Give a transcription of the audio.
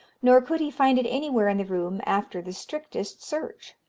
nor could he find it anywhere in the room after the strictest search.